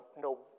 no